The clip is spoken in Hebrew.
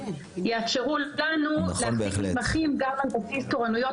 יאפשרו לנו להחזיק מתמחים גם על בסיס תורנויות